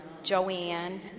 Joanne